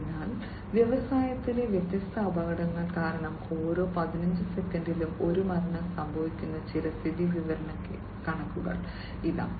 അതിനാൽ വ്യവസായത്തിലെ വ്യത്യസ്ത അപകടങ്ങൾ കാരണം ഓരോ 15 സെക്കൻഡിലും ഒരു മരണം സംഭവിക്കുന്ന ചില സ്ഥിതിവിവരക്കണക്കുകൾ ഇതാ